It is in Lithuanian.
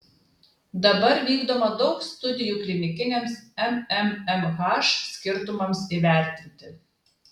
dabar vykdoma daug studijų klinikiniams mmmh skirtumams įvertinti